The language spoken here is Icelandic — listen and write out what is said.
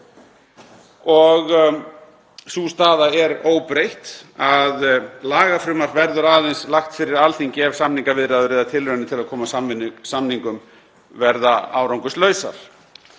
Sú staða er óbreytt að lagafrumvarp verður aðeins lagt fyrir Alþingi ef samningaviðræður eða tilraunir til að koma á samningum verða árangurslausar.